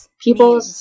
People